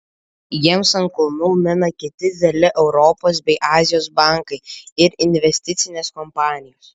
jiems ant kulnų mina kiti dideli europos bei azijos bankai ir investicinės kompanijos